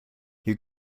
you